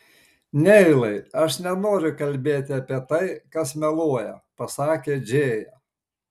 neilai aš nenoriu kalbėti apie tai kas meluoja pasakė džėja